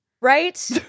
Right